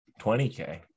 20k